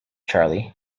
charlie